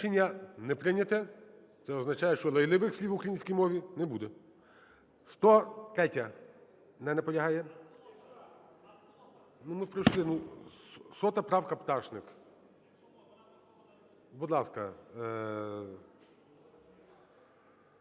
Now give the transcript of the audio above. Рішення не прийняте. Це означає, що лайливих слів в українській мові не буде.